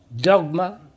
dogma